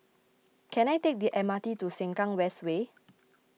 can I take the M R T to Sengkang West Way